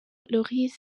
lloris